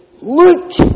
Look